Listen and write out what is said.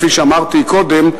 כפי שאמרתי קודם,